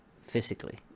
physically